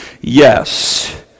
yes